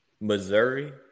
Missouri